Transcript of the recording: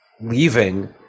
leaving